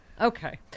Okay